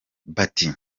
bati